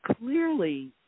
clearly